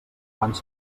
plans